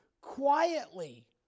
quietly